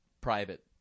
private